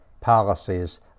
policies